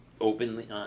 openly